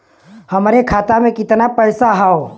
हमरे खाता में कितना पईसा हौ?